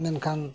ᱢᱮᱱᱠᱷᱟᱱ